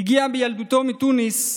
הגיע בילדותו מתוניס.